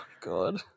God